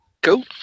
go